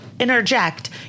Interject